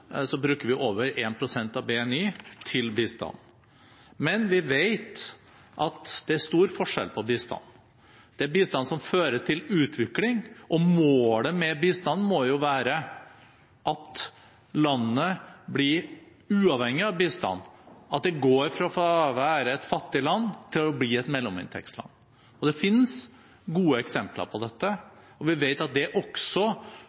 bruker vi over 1 pst. av BNI til bistand. Men vi vet at det er stor forskjell på bistand. Det er bistand som fører til utvikling, og målet med bistand må jo være at et land blir uavhengig av bistand, og at det går fra å være et fattig land til å bli et mellominntektsland. Det finnes gode eksempler på dette.